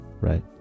Right